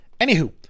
Anywho